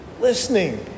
Listening